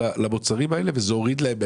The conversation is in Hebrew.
למוצרים האלה וזה הוריד להם מהעישון.